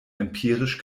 empirisch